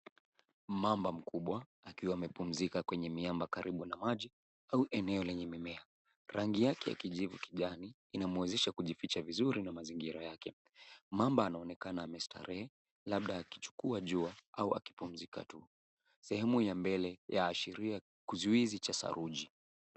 Mamba mubwa akiwa amepumzika kwenye miamba karibu na maji au eneo lenye mimea rangi yake kijivu kijani inamwezesha kujificha vizuri na mazingira yake. Mamba anaonekana amestarehe labda akichukua jua au akipumzika tu. Sehemu ya mbele yaashiria kuzuizi cha saruji.